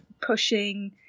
pushing